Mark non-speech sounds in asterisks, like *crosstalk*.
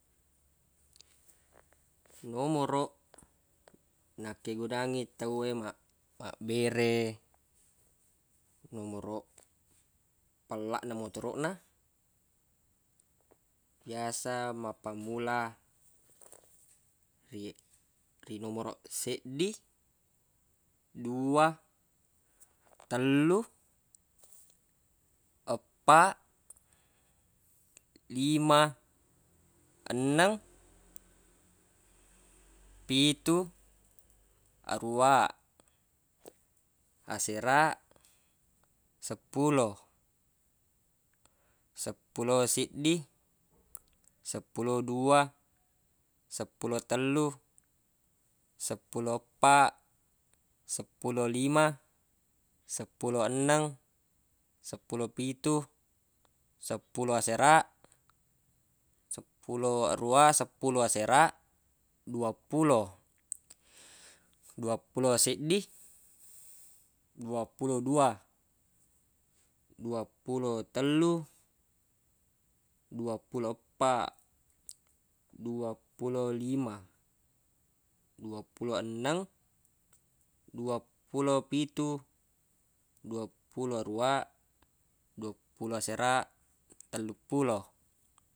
Nomoroq nakkegunangngi tawwe mabbere nomoroq pellaq na motoroq na biasa mappammula ri- ri nomoroq seddi dua tellu eppa lima enneng *noise* pitu aruwa asera seppulo seppulo siddi seppulo dua seppulo tellu seppulo eppa seppulo lima seppulo enneng seppulo pitu seppulo asera seppulo aruwa seppulo asera duappulo duappulo seddi duappulo dua duappulo tellu duappulo eppa duappulo lima duappulo enneng duappulo pitu duappulo aruwa duappulo asera telluppulo